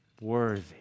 worthy